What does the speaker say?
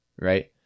right